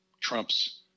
Trump's